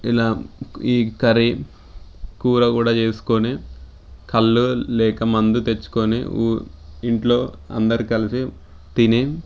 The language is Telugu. ఇలా ఈ కర్రీ కూర కూడా చేసుకుని కల్లు లేక మందు తెచ్చుకుని ఇంట్లో అందరు కలిసి తిని